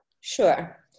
Sure